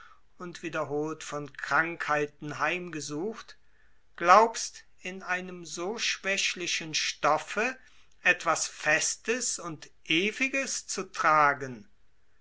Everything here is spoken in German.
und wiederholt von krankheiten heimgesucht glaubst in einem so schwächlichen stoffe etwas festes und ewiges zu tragen